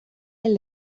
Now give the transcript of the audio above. del